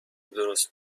درست